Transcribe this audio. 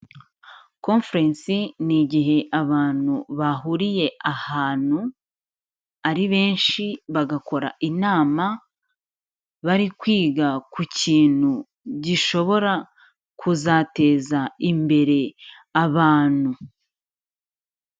Komferensi ni igihe abantu bahuriye ahantu, ari benshi, bagakora inama, bari kwiga ku kintu gishobora kuzateza imbere abantu.